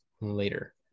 later